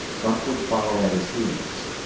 buck would follow at his heels.